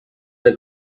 the